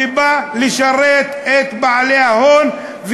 ובא לשרת את בעלי ההון,